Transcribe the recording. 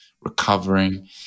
recovering